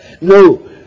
No